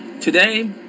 Today